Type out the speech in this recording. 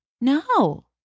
no